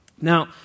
Now